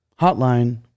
Hotline